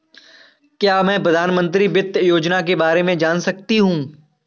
क्या मैं प्रधानमंत्री वित्त योजना के बारे में जान सकती हूँ?